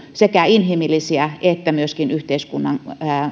sekä inhimillisiä että myöskin yhteiskunnan